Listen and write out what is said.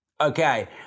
Okay